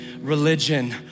religion